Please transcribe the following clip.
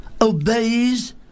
obeys